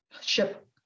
ship